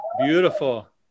beautiful